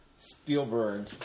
Spielberg